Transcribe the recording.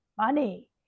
money